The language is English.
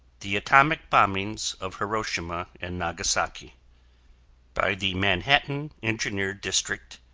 the atomic bombings of hiroshima and nagasaki by the manhattan engineer district,